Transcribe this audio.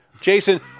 Jason